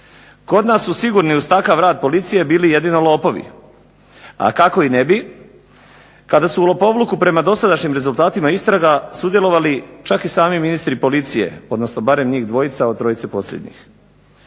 Kod nas su sigurni uz takav rad policije bili jedino lopovi, a kako i ne bi kada su u lopovluku prema dosadašnjim rezultatima istraga sudjelovali čak i sami ministri policije odnosno barem njih dvojica od trojice posljednjih.